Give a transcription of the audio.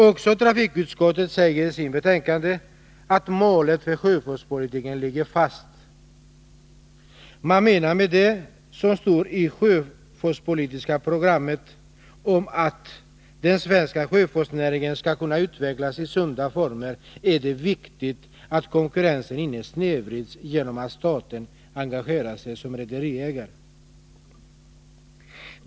Också trafikutskottet säger i sitt betänkande, att målet för sjöfartspolitiken ligger fast. I det sjöfartspolitiska programmet sägs, att för att den svenska sjöfartsnäringen skall kunna utvecklas i sunda former är det viktigt att konkurrensen inte snedvrids genom att staten engagerar sig som rederiägare.